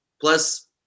Plus